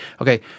okay